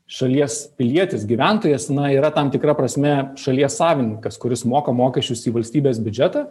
šalies pilietis gyventojas na yra tam tikra prasme šalies savininkas kuris moka mokesčius į valstybės biudžetą